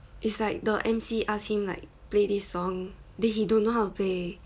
it's like the emcee ask him like play this song then he don't know how to play